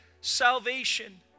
salvation